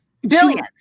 billions